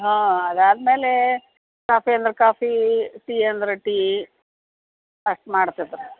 ಹಾಂ ಅದು ಆದ ಮೇಲೆ ಕಾಫಿ ಅಂದ್ರೆ ಕಾಫಿ ಟೀ ಅಂದರೆ ಟೀ ಅಷ್ಟು ಮಾಡ್ತೀವಿ ತೊ